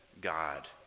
God